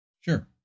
Sure